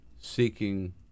seeking